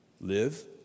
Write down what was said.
Live